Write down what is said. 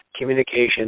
communication